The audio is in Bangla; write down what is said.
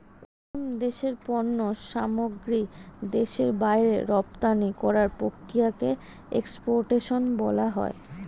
কোন দেশের পণ্য সামগ্রী দেশের বাইরে রপ্তানি করার প্রক্রিয়াকে এক্সপোর্টেশন বলা হয়